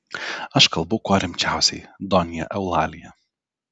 aš kalbu kuo rimčiausiai donja eulalija